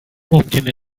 ممکنه